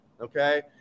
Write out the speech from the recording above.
Okay